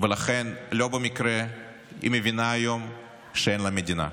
ולכן לא במקרה היא מבינה היום שאין לה מדינה.